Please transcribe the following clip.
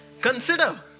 Consider